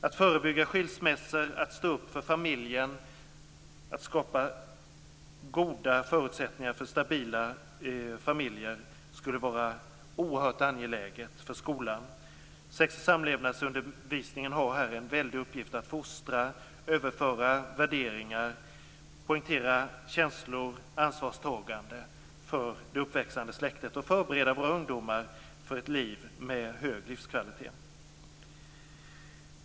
Att förebygga skilsmässor, att stå upp för familjen, att skapa goda förutsättningar för stabila familjer skulle vara oerhört angeläget för skolan. Sex och samlevnadsundervisningen har en uppgift att fostra, överföra värderingar, poängtera känslor, ansvarstagande för det uppväxande släktet och förbereda våra ungdomar för ett liv med hög livskvalitet.